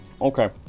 okay